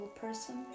person